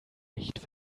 nicht